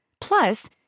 Plus